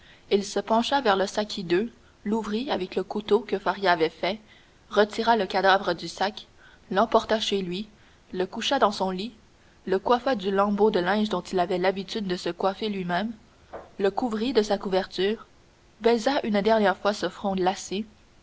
il se pencha vers le sac hideux l'ouvrit avec le couteau que faria avait fait retira le cadavre du sac l'emporta chez lui le coucha dans son lit le coiffa du lambeau de linge dont il avait l'habitude de se coiffer lui-même couvrit de sa couverture baisa une dernière fois ce front